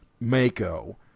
Mako